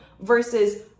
versus